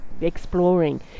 exploring